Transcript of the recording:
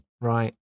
Right